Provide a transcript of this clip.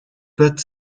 but